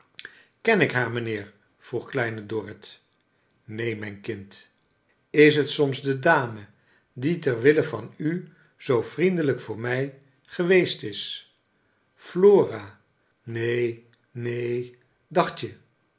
ken ik haar mijnheer vroeg kleine dorrit neen mijn kind is het soms de dame die ter wille van u zoo vriendelijk voor mij geweest is flora neen neen dacht